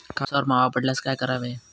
कापसावर मावा पडल्यास काय करावे?